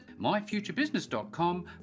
myfuturebusiness.com